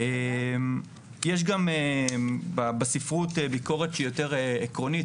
יש גם בספרות ביקורת שהיא יותר עקרונית,